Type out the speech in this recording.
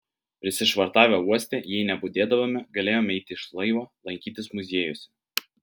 prisišvartavę uoste jei nebudėdavome galėjome eiti iš laivo lankytis muziejuose